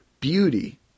beauty